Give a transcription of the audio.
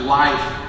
life